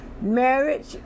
marriage